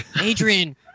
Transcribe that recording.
Adrian